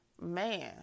man